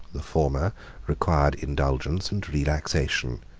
the former required indulgence and relaxation,